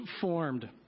formed